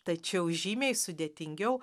tačiau žymiai sudėtingiau